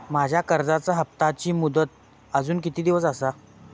माझ्या कर्जाचा हप्ताची मुदत अजून किती दिवस असा?